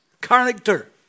character